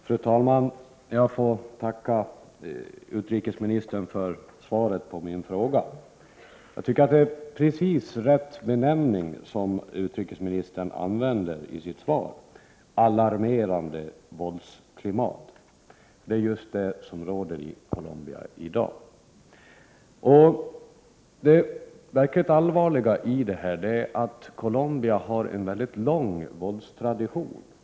Fru talman! Jag får tacka utrikesministern för svaret på min fråga. Jag tycker att det är precis rätt benämning som utrikesministern använder i sitt svar: alarmerande våldsklimat. Det är just vad som råder i Colombia i dag. Det verkligt allvarliga i detta är att Colombia har en mycket lång våldstradition.